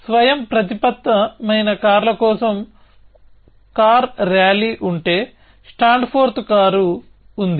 స్వయంప్రతిపత్త మైన కార్ల కోసం కార్ ర్యాలీ ఉంటే స్టాండ్ ఫోర్త్ కారు ఉంది